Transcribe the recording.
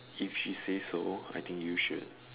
if she says so I think you should